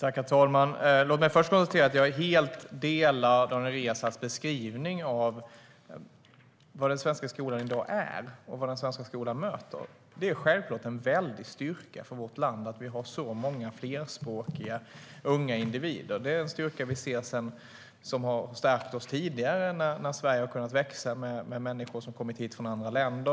Herr talman! Låt mig först konstatera att jag helt instämmer i Daniel Riazats beskrivning av vad den svenska skolan är i dag och vad den möter. Det är självfallet en väldig styrka för vårt land att vi har så många flerspråkiga unga individer. Det har stärkt oss tidigare och gjort att Sverige har kunnat växa med människor som har kommit hit från andra länder.